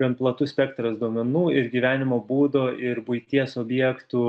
gan platus spektras duomenų ir gyvenimo būdo ir buities objektų